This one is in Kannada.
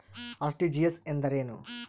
ಆರ್.ಟಿ.ಜಿ.ಎಸ್ ಎಂದರೇನು?